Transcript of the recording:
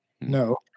No